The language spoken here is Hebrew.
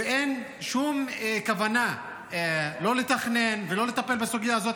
ואין שום כוונה לא לתכנן ולא לטפל בסוגיה הזאת,